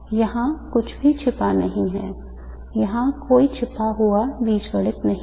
यहाँ कुछ भी छिपा नहीं है यहाँ कोई छिपा हुआ बीजगणित नहीं है